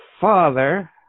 father